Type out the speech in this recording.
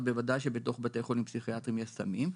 אז בוודאי שבתוך בתי חולים פסיכיאטריים יש סמים.